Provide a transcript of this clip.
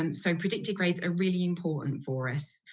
um so, predicted grades are really important for us.